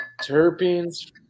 Terpenes